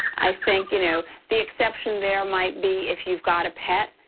i think, you know, the exception there might be if you got a pet,